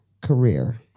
career